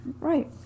Right